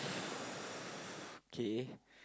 okay